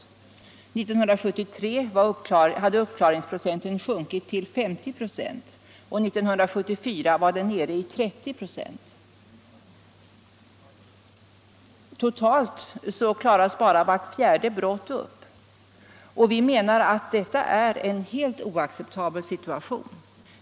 1973 hade uppklaringsprocenten sjunkit till 50 26 och 1974 var den nere i 30 26. Totalt klaras bara vart fjärde brott upp. Vi menar att detta är en helt oacceptabel situation.